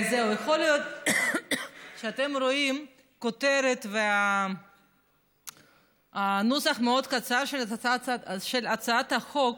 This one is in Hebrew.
יכול להיות שאתם רואים כותרת, והנוסח של הצעת החוק